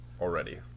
already